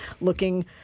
looking